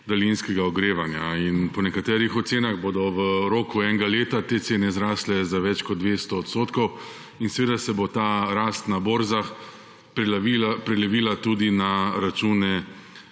daljinskega ogrevanja. Po nekaterih ocenah bodo v roku enega leta te cene zrastle za več kot 200 odstotkov in seveda se bo ta rast na borzah prelevila tudi na račune